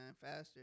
Faster